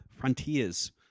Frontiers